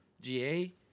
GA